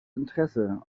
interesse